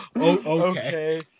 Okay